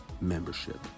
membership